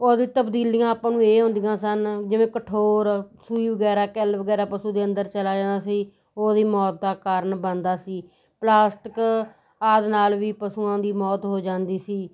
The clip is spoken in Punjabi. ਉਹਦੇ ਤਬਦੀਲੀਆਂ ਆਪਾਂ ਨੂੰ ਇਹ ਆਉਂਦੀਆਂ ਸਨ ਜਿਵੇਂ ਕਠੋਰ ਸੂਈ ਵਗੈਰਾ ਕਿਲ ਵਗੈਰਾ ਪਸ਼ੂ ਦੇ ਅੰਦਰ ਚਲਾ ਜਾਦਾ ਸੀ ਉਹ ਉਹਦੀ ਮੌਤ ਦਾ ਕਾਰਨ ਬਣਦਾ ਸੀ ਪਲਾਸਟਿਕ ਆਦਿ ਨਾਲ ਵੀ ਪਸ਼ੂਆਂ ਦੀ ਮੌਤ ਹੋ ਜਾਂਦੀ ਸੀ